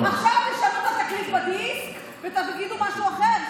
עכשיו תשנו את התקליט בדיסק ותגידו משהו אחר,